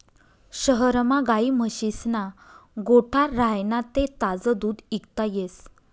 शहरमा गायी म्हशीस्ना गोठा राह्यना ते ताजं दूध इकता येस